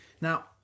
Now